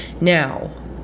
Now